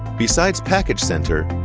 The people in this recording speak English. besides package center,